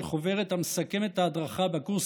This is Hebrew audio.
על חוברת המסכמת את ההדרכה בקורס